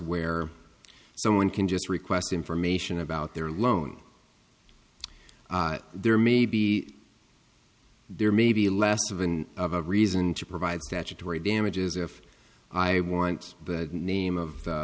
where someone can just request information about their loan there may be there may be less of an of a reason to provide statutory damages if i want the name of the